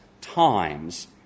times